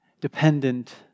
dependent